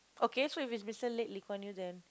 okay so is Mister late Lee-Kuan-Yew then